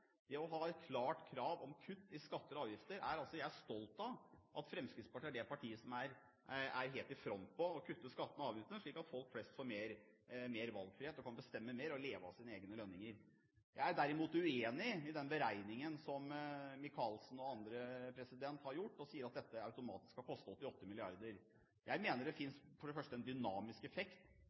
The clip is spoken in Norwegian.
Det å ha et klart krav om kutt i skatter og avgifter er jeg stolt av at Fremskrittspartiet er det partiet som er helt i front på, å kutte skattene og avgiftene slik at folk flest får mer valgfrihet og kan bestemme mer og leve av sine egne lønninger. Jeg er derimot uenig i den beregningen som Micaelsen og andre har gjort, at dette automatisk skal koste 88 mrd. kr. Jeg mener for det første at det finnes en dynamisk effekt